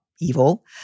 evil